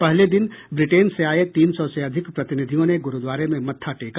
पहले दिन ब्रिटेन से आये तीन सौ से अधिक प्रतिनिधियों ने गुरूद्वारे में मत्था टेका